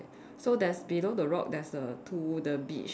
so there's below the rock there's a to the beach